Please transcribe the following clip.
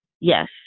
Yes